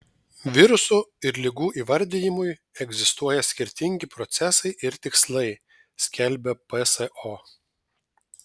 virusų ir ligų įvardijimui egzistuoja skirtingi procesai ir tikslai skelbia pso